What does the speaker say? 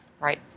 Right